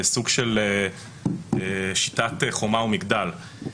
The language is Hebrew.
בסוג של שיטת חומה ומגדל.